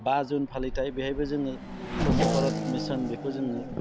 बा जुन फालिथाय बेवहायबो जोङो स्वच्च भारत मिसन बेखौ जोङो